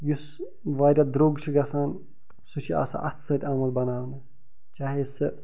یُس واریاہ درٛۅگ چھِ گژھان سُہ چھِ آسان اَتھٕ سۭتۍ آمُت بناونہٕ چاہے سۅ